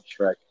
Shrek